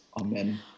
Amen